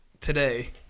today